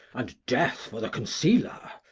and death for the concealer.